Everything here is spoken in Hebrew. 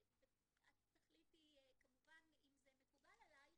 את תחליטי כמובן אם זה מקובל עלייך,